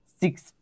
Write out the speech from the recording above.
six